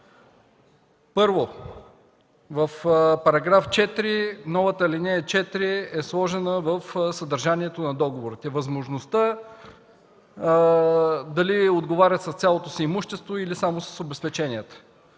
Първо, в § 4, новата ал. 4 е сложена в съдържанието на договорите – възможността дали да отговаря с цялото си имущество или само с обезщетенията.